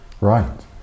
Right